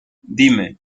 dime